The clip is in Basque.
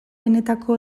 benetako